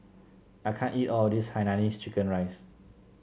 I can't eat all of this Hainanese Chicken Rice